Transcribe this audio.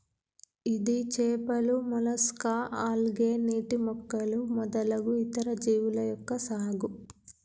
ఇది చేపలు, mollusca, algae, నీటి మొక్కలు మొదలగు ఇతర జీవుల యొక్క సాగు